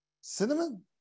cinnamon